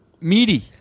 Meaty